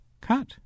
cut